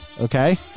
okay